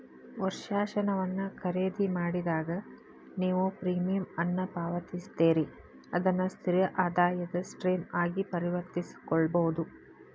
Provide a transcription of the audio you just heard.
ವರ್ಷಾಶನವನ್ನ ಖರೇದಿಮಾಡಿದಾಗ, ನೇವು ಪ್ರೇಮಿಯಂ ಅನ್ನ ಪಾವತಿಸ್ತೇರಿ ಅದನ್ನ ಸ್ಥಿರ ಆದಾಯದ ಸ್ಟ್ರೇಮ್ ಆಗಿ ಪರಿವರ್ತಿಸಕೊಳ್ಬಹುದು